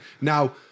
Now